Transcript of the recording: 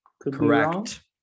Correct